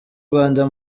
rwanda